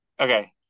Okay